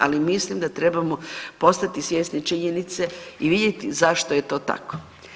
Ali mislim da trebamo postati svjesni činjenice i vidjeti zašto je to tako.